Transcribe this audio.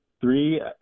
three